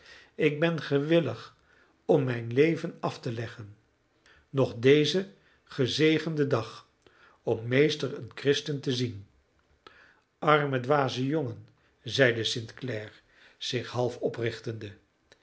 ik ben gewillig om mijn leven af te leggen nog dezen gezegenden dag om meester een christen te zien arme dwaze jongen zeide st clare zich half oprichtende